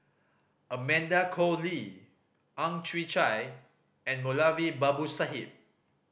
Amanda Koe Lee Ang Chwee Chai and Moulavi Babu Sahib